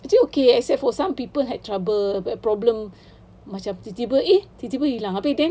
actually okay except for some people had trouble problem macam tiba-tiba eh tiba-tiba hilang abeh then